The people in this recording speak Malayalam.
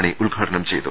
മണി ഉദ്ഘാടനം ചെയ്തു